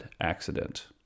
accident